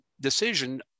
decision